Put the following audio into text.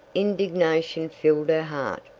indignation filled her heart.